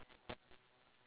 ya ya